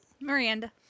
Miranda